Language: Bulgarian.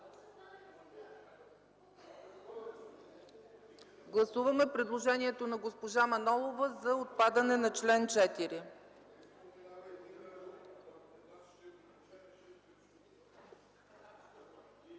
гласуване предложението на госпожа Манолова за отхвърляне на чл. 4.